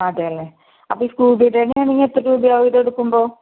അതെല്ലേ അപ്പം ഈ സ്കൂബി ഡേയുടെ ആണെങ്കിൽ എത്ര രൂപയാവും ഇത് എടുക്കുമ്പോൾ